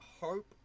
hope